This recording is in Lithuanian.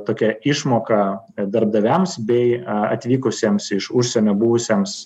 tokia išmoka darbdaviams bei atvykusiems iš užsienio buvusiems